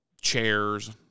chairs